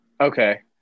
Okay